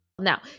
Now